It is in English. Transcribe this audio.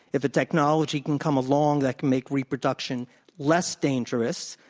if a technology can come along that can make reproduction less dangerous,